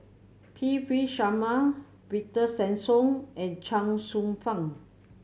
P V Sharma Victor Sassoon and Chuang Hsueh Fang